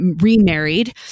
remarried